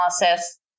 analysis